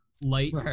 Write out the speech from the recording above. light